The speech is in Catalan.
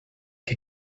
que